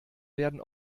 werden